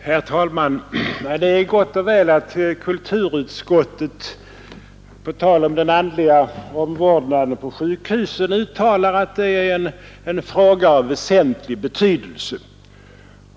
Herr talman! Det är gott och väl att kulturutskottet på tal om den andliga omvårdnaden på sjukhusen understryker att det är en fråga av väsentlig betydelse.